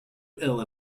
ill